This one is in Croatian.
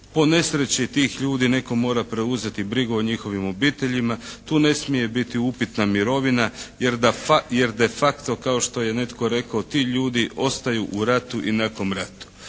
Po nesreći tih ljudi neko mora preuzeti brigu o njihovim obiteljima. Tu ne smije biti upitna mirovina. Jer de facto kao što je netko rekao ti ljudi ostaju u ratu i nakon rata.